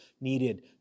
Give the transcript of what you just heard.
needed